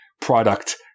product